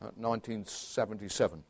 1977